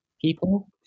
people